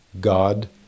God